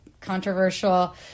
controversial